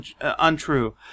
untrue